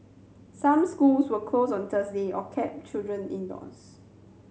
some schools were closed on Thursday or kept children indoors